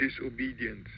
disobedience